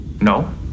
No